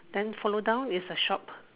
then follow down is a shop